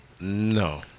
No